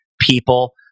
people